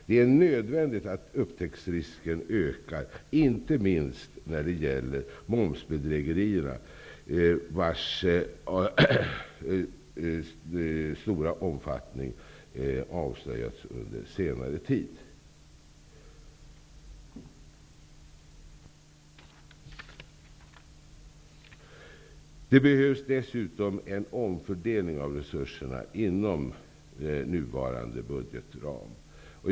Det är nödvändigt att upptäcktsrisken ökar, inte minst när det gäller momsbedrägerierna, vars stora omfattning avslöjats under senare tid. Det behövs dessutom en omfördelning av resurserna inom nuvarande budgetram.